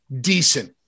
decent